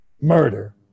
murder